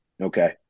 Okay